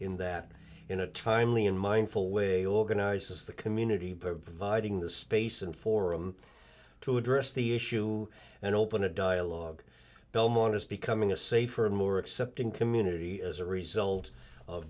in that in a timely and mindful way organizes the community providing the space and forum to address the issue and open a dialogue belmont is becoming a safer and more accepting community as a result of